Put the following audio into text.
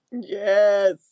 Yes